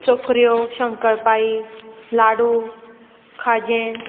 चकऱ्यो शंकरपाळी लाडू खाजें